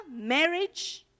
marriage